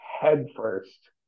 headfirst